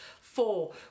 Four